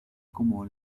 como